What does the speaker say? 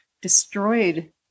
destroyed